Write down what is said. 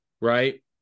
right